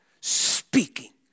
speaking